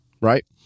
Right